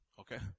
okay